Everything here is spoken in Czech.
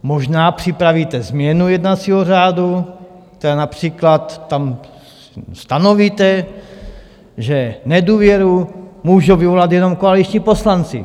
Možná připravíte změnu jednacího řádu, například tam stanovíte, že nedůvěru můžou vyvolat jenom koaliční poslanci.